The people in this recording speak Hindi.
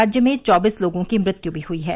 राज्य में चौबीस लोगों की मृत्यु भी हुई है